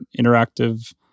interactive